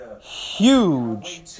Huge